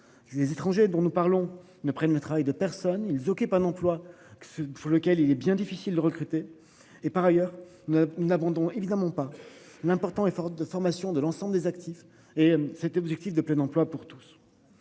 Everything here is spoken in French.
les étrangers dont nous parlons ne prennent le travail de personnes ils occupent un emploi. Pour lequel il est bien difficile de recruter. Et par ailleurs ne nous n'avons donc évidemment pas l'important effort de formation de l'ensemble des actifs et c'était objectif de plein emploi pour tous.